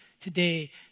today